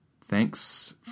Thanks